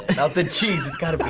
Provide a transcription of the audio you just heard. and melted cheese, it's gotta be.